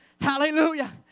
Hallelujah